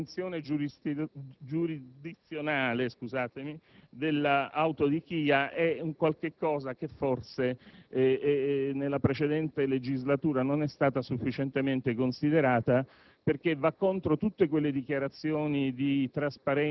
e rilevo che anche l'estensione giurisdizionale dell'autodichia è un qualcosa che forse nella precedente legislatura non è stata sufficientemente considerata,